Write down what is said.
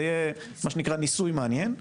זה יהיה ניסוי מעניין.